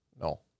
no